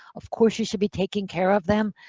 of course, you should be taking care of them.